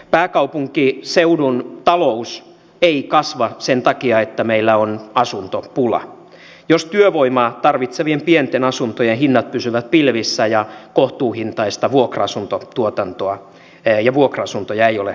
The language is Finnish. pääkaupunkiseudun talous ei kasva sen takia että meillä on asuntopula jos työvoimaa tarvitsevien pienten asuntojen hinnat pysyvät pilvissä ja kohtuuhintaista vuokra asuntotuotantoa ja vuokra asuntoja ei ole riittävästi